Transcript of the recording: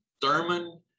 Thurman